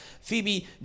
Phoebe